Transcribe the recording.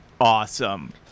Awesome